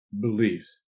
beliefs